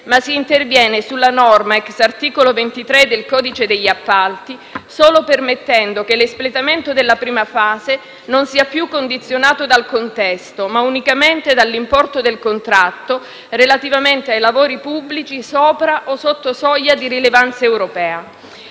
ma si interviene sulla norma *ex* articolo 23 del codice degli appalti, solo permettendo che l'espletamento della prima fase non sia più condizionato dal contesto, ma unicamente dall'importo del contratto, relativamente ai lavori pubblici sopra o sotto soglia di rilevanza europea.